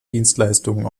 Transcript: dienstleistungen